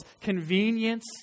convenience